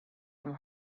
from